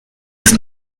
ist